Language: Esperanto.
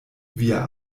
via